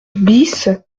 bis